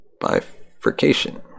Bifurcation